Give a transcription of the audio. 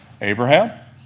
Abraham